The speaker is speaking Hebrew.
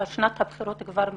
שנת הבחירות כבר מאחורינו.